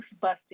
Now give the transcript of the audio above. busting